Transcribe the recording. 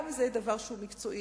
גם זה דבר שהוא מקצועי.